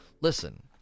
listen